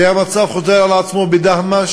המצב הזה חוזר על עצמו בדהמש,